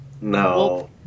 No